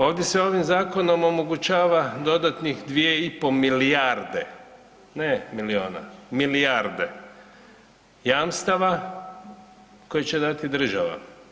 Ovdje se ovim zakonom omogućava dodatnih 2,5 milijarde, ne milijuna, milijarde jamstava koje će dati država.